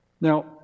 Now